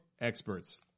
experts